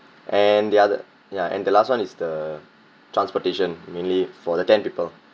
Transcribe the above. and the other ya and the last one is the transportation mainly for the ten people